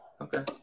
okay